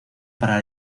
para